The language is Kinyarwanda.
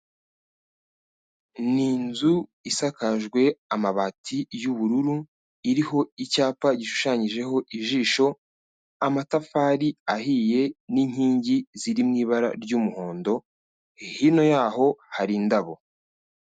Ni inzu isakajwe amabati y'ubururu iriho icyapa gishushanyijeho ijisho, amatafari ahiye n'inkingi ziri mu ibara ry'umuhondo, hino yaho hari indabo.